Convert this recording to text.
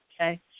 okay